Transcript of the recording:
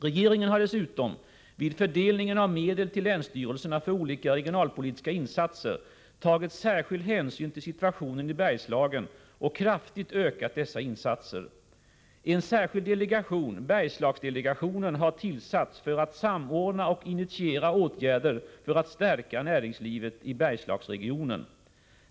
Regeringen har dessutom vid fördelningen av medel till länsstyrelserna för olika regionalpolitiska insatser tagit särskild hänsyn till situationen i Bergslagen och kraftigt ökat dessa insatser. En särskild delegation, Bergslagsdelegationen, har tillsatts för att samordna och initiera åtgärder för att stärka näringslivet i Bergslagsregionen.